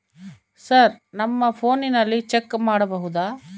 Sir ನಮ್ಮ ಫೋನಿನಲ್ಲಿ check ಮಾಡಬಹುದಾ?